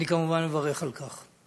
אני כמובן מברך על כך.